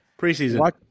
Preseason